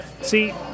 See